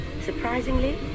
Surprisingly